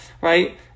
right